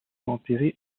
enterré